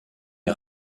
est